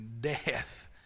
death